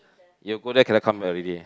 you go there cannot come back already